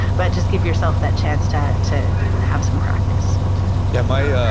but just give yourself that chance to to have some practice yeah. my, ah